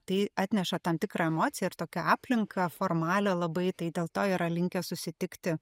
tai atneša tam tikrą emociją ir tokią aplinką formalią labai tai dėl to yra linkę susitikti